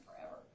forever